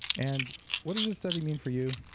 and what does this study mean for you?